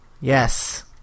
Yes